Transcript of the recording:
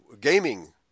gaming